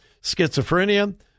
schizophrenia